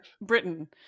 Britain